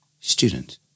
Student